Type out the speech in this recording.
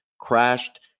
crashed